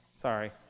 Sorry